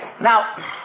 Now